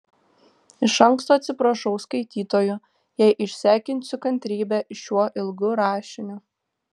iš anksto atsiprašau skaitytojų jei išsekinsiu kantrybę šiuo ilgu rašiniu